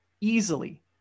easily